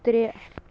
ترٛےٚ